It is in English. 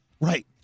Right